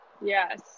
Yes